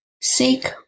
Seek